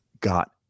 got